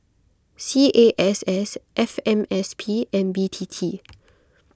C A S S F M S P and B T T